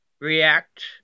react